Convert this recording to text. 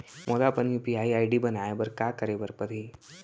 मोला अपन UPI ID बनाए बर का करे पड़ही?